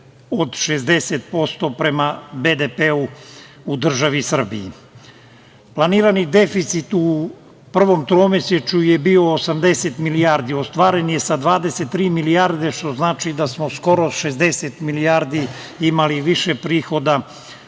od 60% prema BDP-u državi Srbiji. Planirani deficit u prvom tromesečju je bio 80 milijardi. Ostvaren je sa 23 milijarde, što znači da smo skoro 60 milijardi imali više prihoda